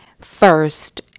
first